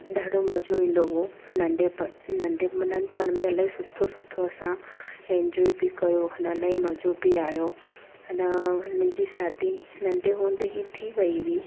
ॾाढो मज़ो ईंदो हुओ नंढेप नंढे नंढिपण में इलाही सुठो सुठो असां एन्जॉय बि कयो हुन लाइ मज़ो बि आहियो अना मुंहिंजी शादी नंढे हूंदे ई थी वई हुई